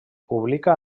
publica